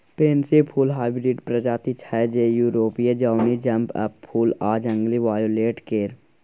pansy फुल hybrid प्रजाति छै जे युरोपीय जौनी जंप अप फुल आ जंगली वायोलेट केर